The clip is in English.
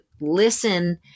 listen